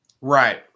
Right